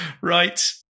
Right